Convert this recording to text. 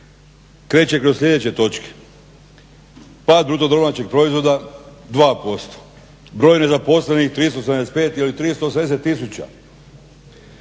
kreće kroz slijedeće točke: pad bruto domaćeg proizvoda 2%, broj nezaposlenih 375 ili 380 tisuća,